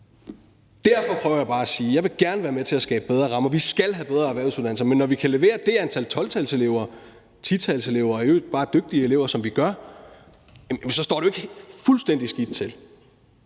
Derfor prøver jeg bare at sige, at jeg gerne vil være med til at skabe bedre rammer. Vi skal have bedre erhvervsuddannelser, men når vi kan levere det antal 12-talselever og 10-talselever og i øvrigt bare dygtige elever, som vi gør, står det jo ikke fuldstændig skidt til.